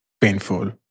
painful